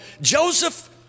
Joseph